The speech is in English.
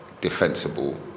defensible